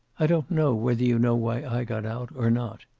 i don't know whether you know why i got out, or not.